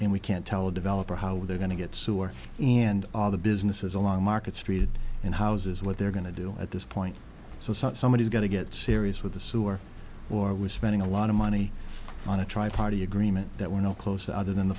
and we can't tell a developer how they're going to get sewer and all the businesses along markets created in houses what they're going to do at this point so somebody's got to get serious with the sewer or was spending a lot of money on a try party agreement that will close other than the